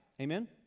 Amen